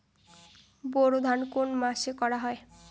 বোরো ধান কোন মাসে করা হয়?